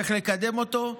צריך לקדם אותו.